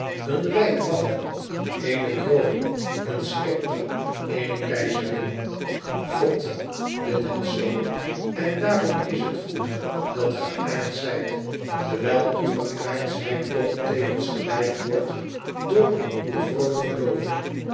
een rijk wacht u eene kroon een scepter eene keizerin god wil het zoo en daarom is het goed dat ge aardsch zijt terwijl uwe aardschheid toch tevens gewijd wordt door uw vroom geloof